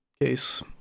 Case